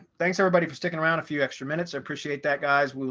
thanks, everybody for sticking around a few extra minutes. appreciate that, guys. we